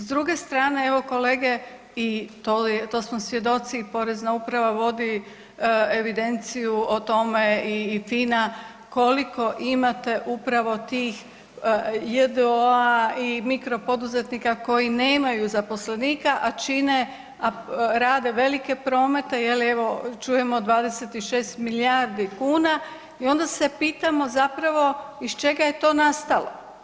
S druge strane, evo kolege i to je, to smo svjedoci i porezna uprava vodi evidenciju o tome i FINA koliko imate upravo tih j.d.o.-a i mikro poduzetnika koji nemaju zaposlenika, a čine, a rade velike promete je li, evo čujemo 26 milijardi kuna i onda se pitamo zapravo iz čega je to nastalo?